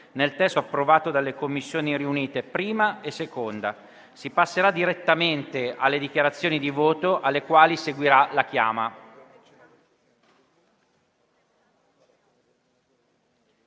nel testo proposto dalle Commissioni riunite 1a e 2a. Si passerà direttamente alle dichiarazioni di voto, alle quali seguirà la chiama.